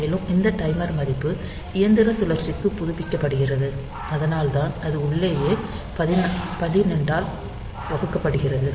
மேலும் இந்த டைமர் மதிப்பு இயந்திர சுழற்சிக்கு புதுப்பிக்கப்படுகிறது அதனால்தான் இது உள்ளேயே 12 ஆல் வகுக்கப்படுகிறது